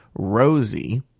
Rosie